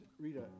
Rita